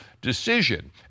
decision